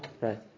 Right